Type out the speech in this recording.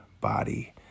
body